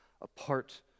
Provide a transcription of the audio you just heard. apart